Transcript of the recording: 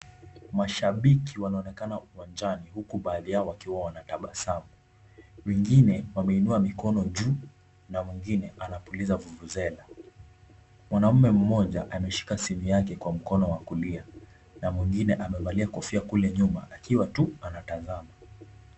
Mashabiki wanaoonekana uwanjani huku baadhi yao wakiwa wanatabasamu wengine wameinua mikono yao juu na mwengine anapuliza vuvuzela. Mwanaume mmoja ameshika simu yake kwa mkono wa kulia na mwengine amevalia kofia kule nyuma akiwa tu anatazama